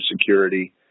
Security